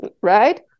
right